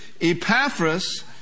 Epaphras